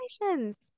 congratulations